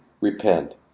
repent